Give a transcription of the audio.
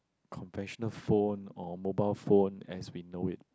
conventional phone or mobile phone as we know it